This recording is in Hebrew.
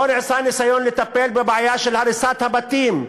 לא נעשה ניסיון לטפל בבעיה של הריסת הבתים,